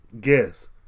guess